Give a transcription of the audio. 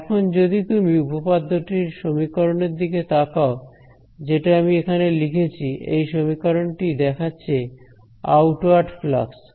এখন যদি তুমি উপপাদ্য টির সমীকরণ এর দিকে তাকাও যেটা আমি এখানে লিখেছি এই সমীকরণটি দেখাচ্ছে আউটওয়ার্ড ফ্লাক্স